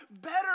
better